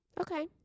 Okay